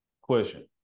Question